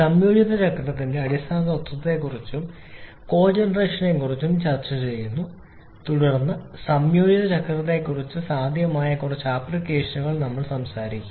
സംയോജിത ചക്രത്തിന്റെ അടിസ്ഥാന തത്വങ്ങളെക്കുറിച്ചും കോജെനറേഷനെക്കുറിച്ചും ചർച്ച ചെയ്യുന്നു തുടർന്ന് സംയോജിത ചക്രങ്ങളെക്കുറിച്ച് സാധ്യമായ കുറച്ച് ആപ്ലിക്കേഷനുകൾ നമ്മൾ സംസാരിക്കും